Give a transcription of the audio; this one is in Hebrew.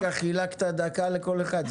חילקת דקה לכלל אחד.